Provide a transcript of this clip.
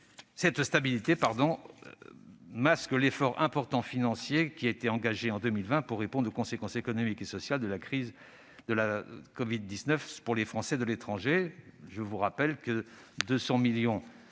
cette stabilité masque l'effort financier important qui a été engagé en 2020 pour répondre aux conséquences économiques et sociales de la crise de la covid-19 pour les Français de l'étranger. Je rappelle que 200 millions